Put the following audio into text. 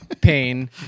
pain